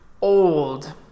old